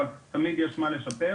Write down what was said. אבל תמיד יש מה לשפר.